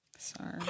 Sorry